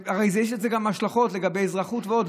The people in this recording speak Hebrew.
הרי יש לזה גם השלכות לגבי אזרחות ועוד.